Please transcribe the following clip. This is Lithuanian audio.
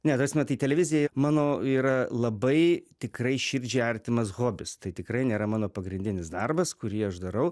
ne ta prasme tai televizija mano yra labai tikrai širdžiai artimas hobis tai tikrai nėra mano pagrindinis darbas kurį aš darau